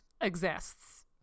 exists